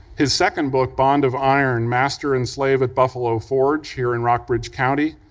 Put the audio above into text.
his second book, bond of iron master and slave at buffalo forge, here in rockbridge county,